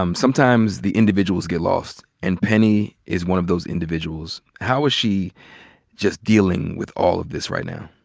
um sometimes the individuals get lost. and penny is one of those individuals. how is she just dealing with all of this right now?